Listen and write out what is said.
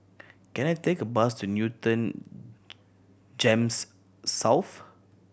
can I take a bus to Newton GEMS South